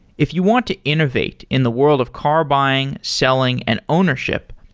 if you want to innovate in the world of car buying, selling and ownership,